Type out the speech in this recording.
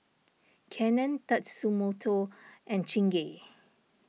Canon Tatsumoto and Chingay